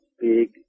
big